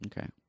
okay